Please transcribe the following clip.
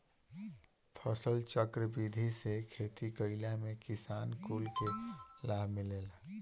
फसलचक्र विधि से खेती कईला में किसान कुल के लाभ मिलेला